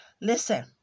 Listen